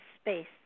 space